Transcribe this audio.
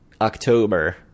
October